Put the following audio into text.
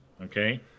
Okay